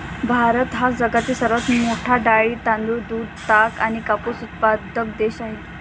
भारत हा जगातील सर्वात मोठा डाळी, तांदूळ, दूध, ताग आणि कापूस उत्पादक देश आहे